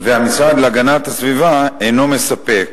והמשרד להגנת הסביבה אינו מספק